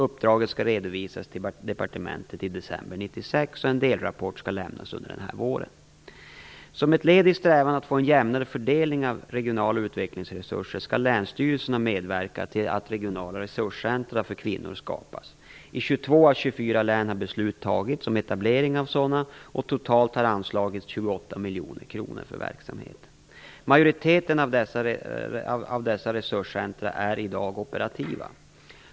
Uppdraget skall redovisas till Arbetsmarknadsdepartementet i december 1996 och en delrapport skall lämnas under våren. Som ett led i strävan att få en jämnare fördelning av regionala utvecklingsresurser skall länsstyrelserna medverka till att Regionala Resurscentra för kvinnor skapas. I 22 av 24 län har beslut om etablering av sådana fattats. Totalt har anslagits 28 miljoner kronor för verksamheten. Majoriteten av dessa Resurscentra är redan i dag operativa.